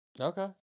okay